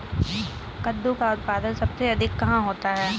कद्दू का उत्पादन सबसे अधिक कहाँ होता है?